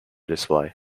display